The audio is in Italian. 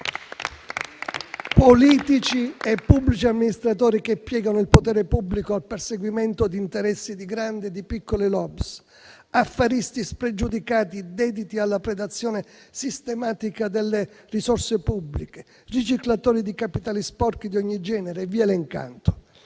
Politici e pubblici amministratori, che piegano il potere pubblico al perseguimento di interessi di grandi e piccole *lobby*, affaristi spregiudicati, dediti alla predazione sistematica delle risorse pubbliche, riciclatori di capitali sporchi di ogni genere. È un variegato